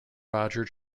roger